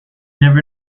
never